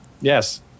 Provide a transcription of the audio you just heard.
Yes